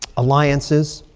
alliances.